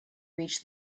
reach